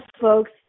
folks